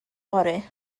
fory